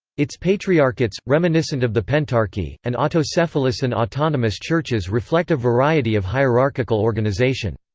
its patriarchates, reminiscent of the pentarchy, and autocephalous and autonomous churches reflect a variety of hierarchical organisation.